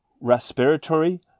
respiratory